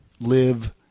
live